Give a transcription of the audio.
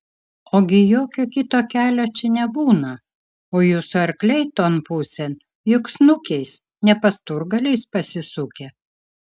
ogi jokio kito kelio čia nebūna o jūsų arkliai ton pusėn juk snukiais ne pasturgaliais pasisukę